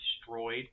destroyed